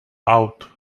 out